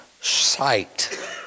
sight